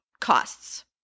costs